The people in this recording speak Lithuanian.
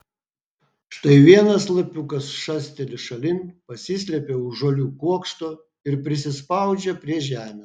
štai vienas lapiukas šasteli šalin pasislepia už žolių kuokšto ir prisispaudžia prie žemės